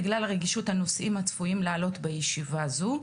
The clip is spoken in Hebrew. בגלל רגישות הנושאים הצפויים לעלות בישיבה זו,